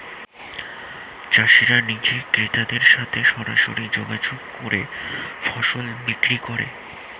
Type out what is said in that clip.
চাষিরা নিজে ক্রেতাদের সাথে সরাসরি যোগাযোগ করে ফসল বিক্রি করে